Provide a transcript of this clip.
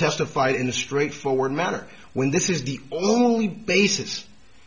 testify in a straightforward matter when this is the only basis